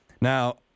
Now